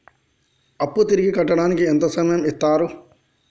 అప్పు తిరిగి కట్టడానికి ఎంత సమయం ఇత్తరు?